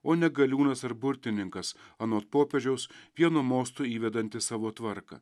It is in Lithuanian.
o ne galiūnas ar burtininkas anot popiežiaus vienu mostu įvedantis savo tvarką